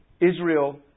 Israel